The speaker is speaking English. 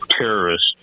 terrorists